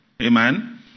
Amen